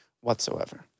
whatsoever